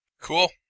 cool